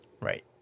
Right